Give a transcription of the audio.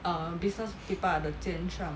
uh business people are the 奸诈